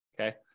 okay